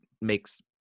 makes